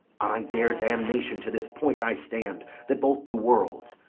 i dare damnation to this point i stand that both the worlds,